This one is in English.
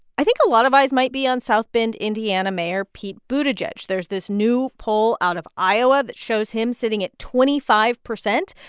i think a lot of eyes might be on south bend, ind, and mayor pete buttigieg. there's this new poll out of iowa that shows him sitting at twenty five percent.